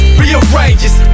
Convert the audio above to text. rearranges